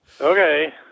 Okay